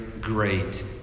great